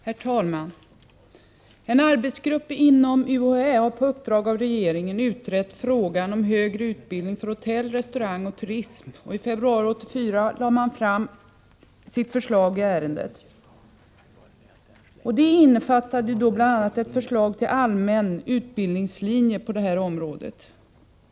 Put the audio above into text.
Herr talman! En arbetsgrupp inom UHÄ har på uppdrag av regeringen utrett frågan om högre utbildning för hotell-, restaurangoch turistbranschen. I februari 1984 lade man fram sitt förslag i ärendet, bl.a. innefattande ett förslag till allmän utbildningslinje på detta område.